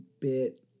bit